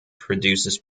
produces